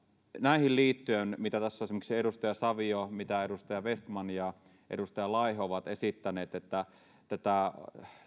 näihin liittyen se mitä tässä ovat esimerkiksi edustaja savio edustaja vestman ja edustaja laiho esittäneet että